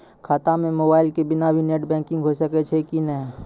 खाता म मोबाइल के बिना भी नेट बैंकिग होय सकैय छै कि नै?